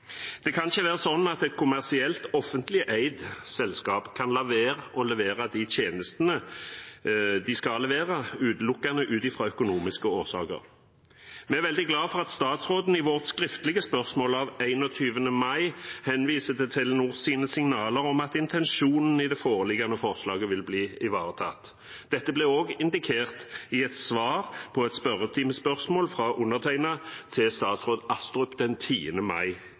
Det kan ikke være slik at et kommersielt, offentlig eid selskap kan la være å levere de tjenestene de skal levere, utelukkende av økonomiske årsaker. Vi er veldig glad for at statsråden i sitt svar på vårt skriftlige spørsmål av 21. mai henviser til Telenors signaler om at intensjonen i det foreliggende forslaget vil bli ivaretatt. Dette ble også indikert i et svar på et spørretimespørsmål fra undertegnede til statsråd Astrup